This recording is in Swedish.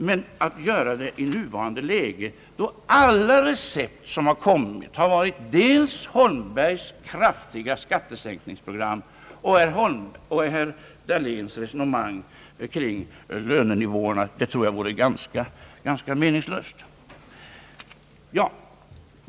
Men att resonera i nuvarande läge — då de recept som kommit har varit dels herr Holmbergs kraftiga skattesänkningsprogram och dels herr Dahléns resonemang kring lönenivåerna — det tror jag vore ganska meningslöst.